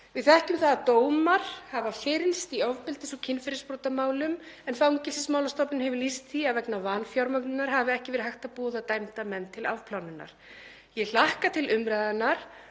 Við þekkjum það að dómar hafa fyrnst í ofbeldis- og kynferðisbrotamálum en Fangelsismálastofnun hefur lýst því að vegna vanfjármögnunar hafi ekki verið hægt að boða dæmda menn til afplánunar. Ég hlakka til umræðunnar